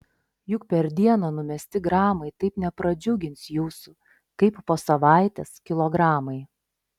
juk per dieną numesti gramai taip nepradžiugins jūsų kaip po savaitės kilogramai